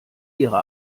ihre